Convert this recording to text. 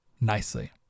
nicely